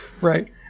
right